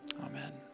Amen